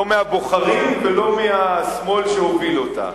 לא מהבוחרים ולא מהשמאל שהוביל אותה.